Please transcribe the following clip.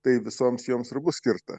tai visoms joms ir bus skirta